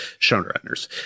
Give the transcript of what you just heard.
showrunners